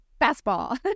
Fastball